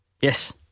Yes